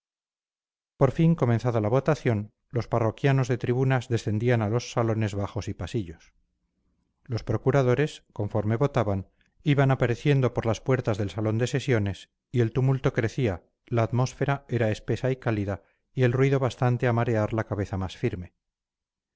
por fin comenzada la votación los parroquianos de tribunas descendían a los salones bajos y pasillos los procuradores conforme votaban iban apareciendo por las puertas del salón de sesiones y el tumulto crecía la atmósfera era espesa y cálida y el ruido bastante a marear la cabeza más firme